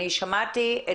שמעתי את צעקתך.